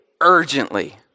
urgently